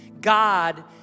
God